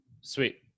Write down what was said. Sweet